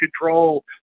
control